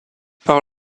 par